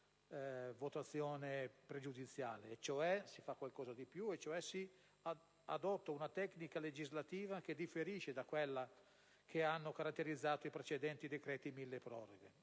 questioni pregiudiziali, si fa qualcosa di più: si adotta una tecnica legislativa che differisce da quella che ha caratterizzato i precedenti decreti milleproroghe.